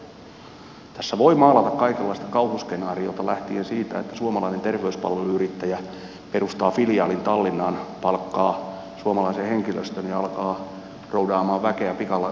tässä voi maalata kaikenlaista kauhuskenaariota lähtien siitä että suomalainen terveyspalveluyrittäjä perustaa filiaalin tallinnaan palkkaa suomalaisen henkilöstön ja alkaa roudaamaan väkeä pikalautalla suomenlahden yli